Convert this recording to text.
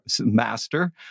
master